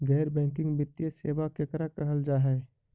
गैर बैंकिंग वित्तीय सेबा केकरा कहल जा है?